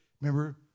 Remember